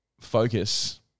focus